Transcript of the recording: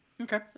Okay